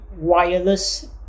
wireless